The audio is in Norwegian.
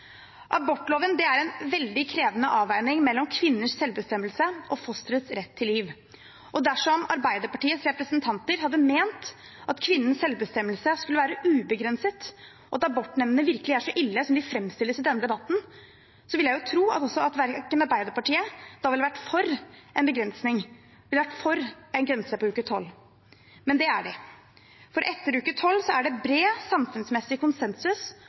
Abortloven er en veldig krevende avveining mellom kvinners selvbestemmelse og fosterets rett til liv. Dersom Arbeiderpartiets representanter hadde ment at kvinnens selvbestemmelse skulle være ubegrenset, og at abortnemndene virkelig er så ille som de fremstilles i denne debatten, ville jeg tro at Arbeiderpartiet ikke ville vært for en begrensning, for en grense ved uke 12, men det er de. Etter uke 12 er det bred samfunnsmessig konsensus